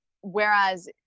whereas